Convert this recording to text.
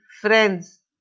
friends